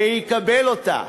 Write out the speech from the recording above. ויקבל אותה.